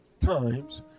times